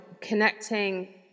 connecting